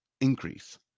increase